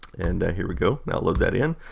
and here we go, i'll load that in.